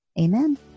Amen